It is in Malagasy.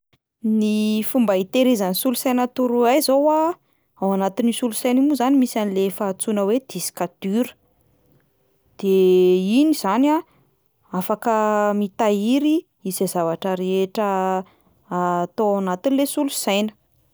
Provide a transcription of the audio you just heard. Ny fomba hitehirizan'ny solosaina torohay zao a: ao anatin'io solosaina io moa zany misy an'le efa antsoina hoe disque dur, de iny zany a afaka mitahiry izay zavatra rehetra atao anatin'le solosaina.